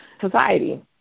society